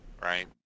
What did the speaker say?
right